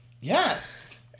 Yes